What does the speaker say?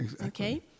okay